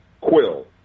Quill